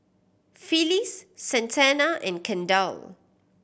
Phyllis Santana and Kendall